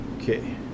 Okay